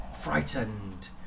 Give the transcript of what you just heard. frightened